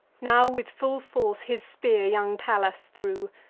now with full force his spear young pallas threw,